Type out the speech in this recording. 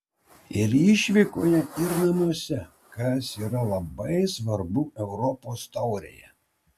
ir išvykoje ir namuose kas yra labai svarbu europos taurėje